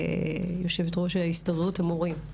יו"ר ראש הסתדרות המורים,